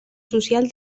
social